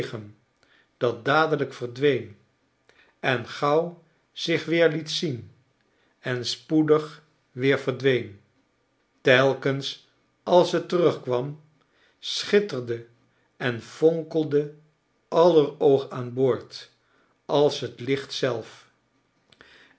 dat dadelijk verdween en gauw zich weer liet zien en spoedig weer verdween telkens als het terugkwam schitterde en vonkelde aller oog aan boord als het licht zelf